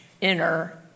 inner